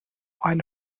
eine